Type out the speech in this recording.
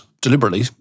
deliberately